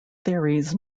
theories